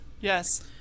Yes